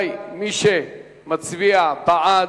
מי שמצביע בעד,